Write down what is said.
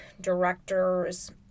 directors